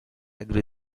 agree